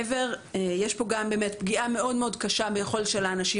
יש פה גם פגיעה מאוד מאוד קשה ביכולת של האנשים